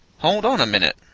hold on a minute!